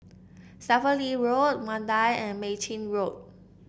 Stephen Lee Road Mandai and Mei Chin Road